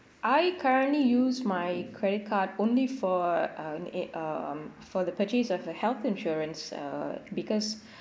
I currently use my credit card only for um eh um for the purchase of the health insurance err because